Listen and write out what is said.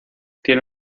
tiene